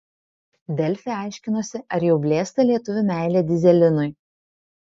delfi aiškinosi ar jau blėsta lietuvių meilė dyzelinui